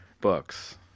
books